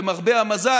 למרבה המזל,